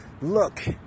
look